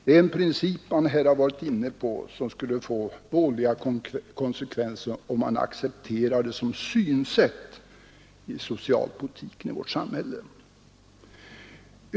Den princip utredningen varit inne på skulle få vådliga konsekvenser, om man accepterade den som synsätt i vår socialpolitik.